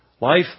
Life